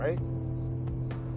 right